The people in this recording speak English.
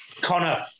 Connor